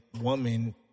woman